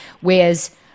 Whereas